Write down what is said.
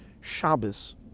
Shabbos